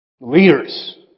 leaders